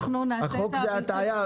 החוק זה הטעיה?